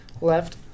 left